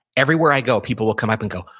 everywhere i go, people will come up and go,